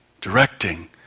directing